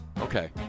Okay